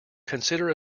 consider